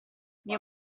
mio